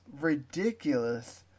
ridiculous